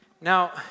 Now